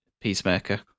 Peacemaker